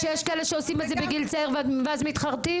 שיש כאלה שעושים את זה בגיל צעיר ואז מתחרטים?